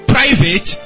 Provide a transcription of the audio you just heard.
Private